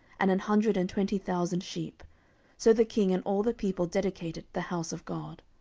and an hundred and twenty thousand sheep so the king and all the people dedicated the house of god.